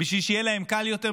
בשביל שיהיה להם קל יותר,